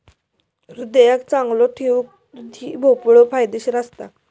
हृदयाक चांगलो ठेऊक दुधी भोपळो फायदेशीर असता